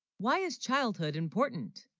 why is childhood important